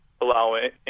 allowing